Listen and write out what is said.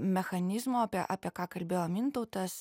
mechanizmo apie apie ką kalbėjo mintautas